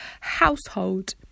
household